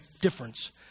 difference